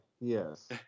Yes